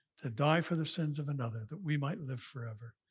to die for the sins of another that we might live forever.